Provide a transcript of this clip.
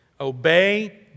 Obey